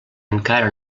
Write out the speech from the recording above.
encara